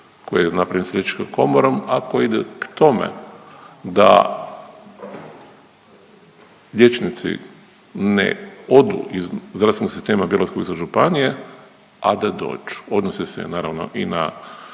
je napravljen sa Liječničkom komorom a koji ide k tome da liječnici ne odu iz zdravstvenog sistema Bjelovarsko-bilogorske županije a da dođu. Odnosi se naravno i na